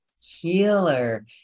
healer